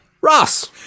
Ross